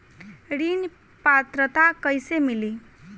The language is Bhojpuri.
ऋण पात्रता कइसे मिली?